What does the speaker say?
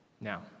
Now